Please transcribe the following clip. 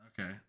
Okay